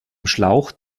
schlauch